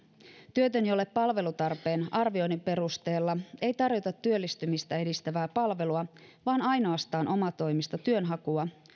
työtön jolle palvelutarpeen arvioinnin perusteella ei tarjota työllistymistä edistävää palvelua vaan ainoastaan omatoimista työnhakua